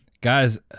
guys